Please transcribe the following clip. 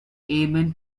amen